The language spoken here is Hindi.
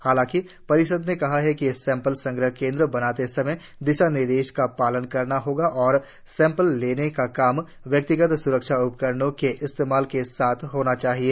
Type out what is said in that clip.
हालांकि परिषद ने कहा कि सैंपल संग्रह केंद्र बनाते समय दिशा निर्देशों का पालन करना होगा और सैंपल लेने का काम व्यक्तिगत स्रक्षा उपकरणों के इस्तेमाल के साथ होना चाहिए